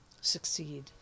succeed